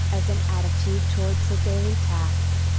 as an attitude towards a daily task.